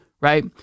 right